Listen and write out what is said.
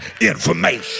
information